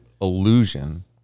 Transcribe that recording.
illusion